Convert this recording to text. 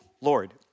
Lord